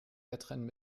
wettrennen